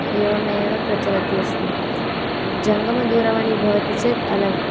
एवमेव प्रचलति अस्ति जङ्गमदूरवाणी भवति चेत् अलम्